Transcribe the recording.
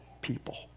people